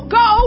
go